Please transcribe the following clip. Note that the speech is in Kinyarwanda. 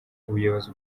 ubuyobozi